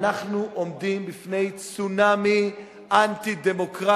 אנחנו עומדים בפני צונאמי אנטי-דמוקרטי,